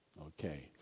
Okay